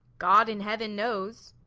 god in heaven knows.